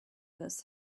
this